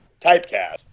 typecast